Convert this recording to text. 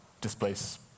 displace